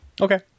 Okay